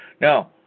Now